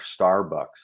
Starbucks